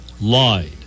lied